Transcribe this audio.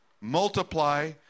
multiply